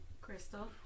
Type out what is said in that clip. Crystal